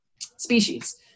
species